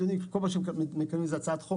אתם יודעים שכל זמן שמקדמים איזושהי הצעת חוק